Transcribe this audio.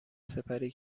سپری